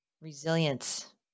resilience